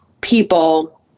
people